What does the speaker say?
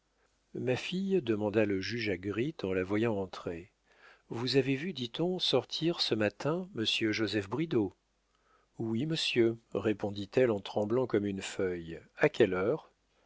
ma fille demanda le juge à gritte en la voyant entrer vous avez vu dit-on sortir ce matin monsieur joseph bridau oui monsieur répondit-elle en tremblant comme une feuille a quelle heure